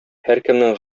һәркемнең